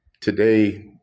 Today